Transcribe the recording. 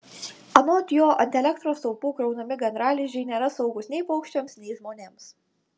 anot jo ant elektros stulpų kraunami gandralizdžiai nėra saugūs nei paukščiams nei žmonėms